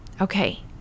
Okay